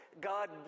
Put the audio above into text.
God